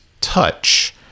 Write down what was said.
touch